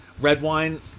Redwine